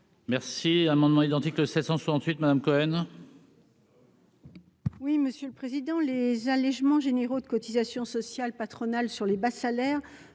Merci amendements identiques le 1668 Madame Cohen. Oui, monsieur le président, les allégements généraux de cotisations sociales patronales sur les bas salaires